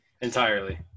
entirely